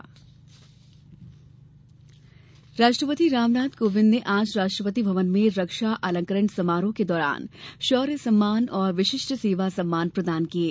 रक्षा अलंकरण राष्ट्रपति रामनाथ कोविंद ने आज राष्ट्रपति भवन में रक्षा अंलकरण समारोह के दौरान शौर्य सम्मान और विशिष्ट सेवा सम्मान प्रदान किये